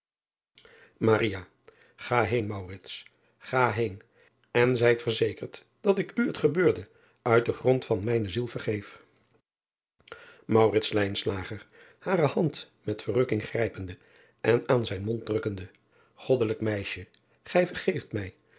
a heen ga heen en zijt verzekerd dat ik u het gebeurde uit den grond van mijne ziel vergeef are hand met verrukking grijpende en aan zijn mond drukkende oddelijk meisje ij vergeeft mij